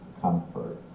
comfort